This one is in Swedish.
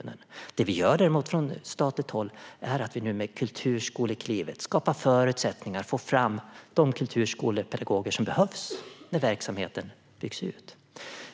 där. Det vi däremot gör från statligt håll är att med ett kulturskolekliv skapa förutsättningar för att få fram de kulturskolepedagoger som behövs när verksamheten byggs ut.